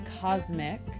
cosmic